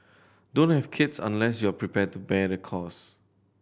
don't have kids unless you prepared to bear the cost